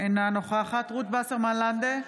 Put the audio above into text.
אינה נוכחת רות וסרמן לנדה,